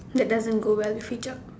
that doesn't go well with see job